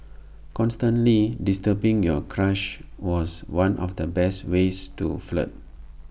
constantly disturbing your crush was one of the best ways to flirt